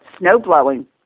Snowblowing